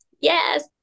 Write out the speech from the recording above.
yes